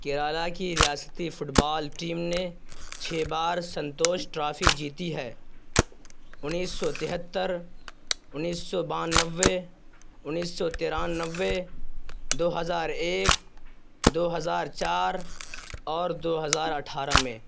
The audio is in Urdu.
کیرالہ کی ریاستی فٹ بال ٹیم نے چھ بار سنتوش ٹرافی جیتی ہے انیس سو تہتر انیس سو بانوے انیس سو ترانوے دو ہزار ایک دو ہزار چار اور دو ہزار اٹھارہ میں